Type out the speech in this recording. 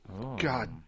God